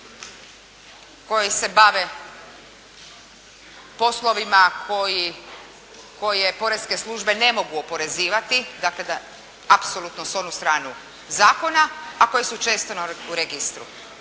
koje se bave poslovima koje poreske službe ne mogu oporezivati, dakle da apsolutno s onu stranu zakona, a koji su često u registru.